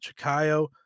Chikayo